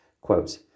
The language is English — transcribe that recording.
Quote